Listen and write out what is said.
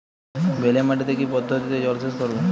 বেলে মাটিতে কি পদ্ধতিতে জলসেচ করব?